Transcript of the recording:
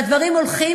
והדברים הולכים,